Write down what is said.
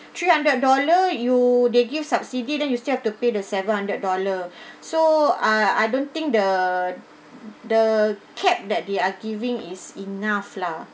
three hundred dollar you they give subsidy then you still have to pay the seven hundred dollar so I I don't think the the cap that they are giving is enough lah